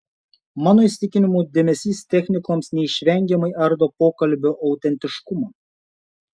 mano įsitikinimu dėmesys technikoms neišvengiamai ardo pokalbio autentiškumą